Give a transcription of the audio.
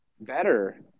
better